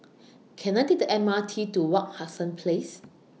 Can I Take The M R T to Wak Hassan Place